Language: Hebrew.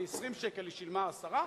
מ-20 שקל היא שילמה 10,